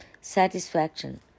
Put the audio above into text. satisfaction